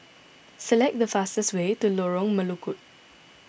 select the fastest way to Lorong Melukut